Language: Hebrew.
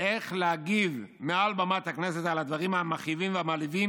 איך להגיב מעל במת הכנסת על הדברים המכאיבים והמעליבים